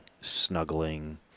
snuggling